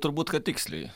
turbūt kad tiksliai